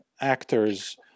actors